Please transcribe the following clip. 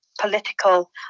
political